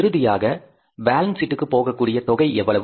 இறுதியாக பேலன்ஸ் சீட்டுக்கு போகக் கூடிய தொகை எவ்வளவு